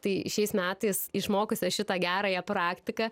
tai šiais metais išmokusią šitą gerąją praktiką